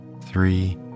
three